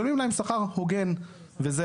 משלמים להם שכר הוגן וזהו.